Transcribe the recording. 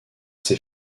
ses